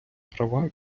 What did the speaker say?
права